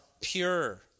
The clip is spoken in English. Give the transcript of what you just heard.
pure